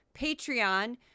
Patreon